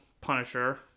punisher